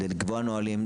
לקבוע נוהלים,